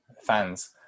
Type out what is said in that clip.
fans